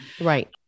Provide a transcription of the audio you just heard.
Right